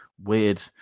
Weird